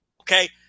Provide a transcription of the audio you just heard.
Okay